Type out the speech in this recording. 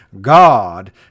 God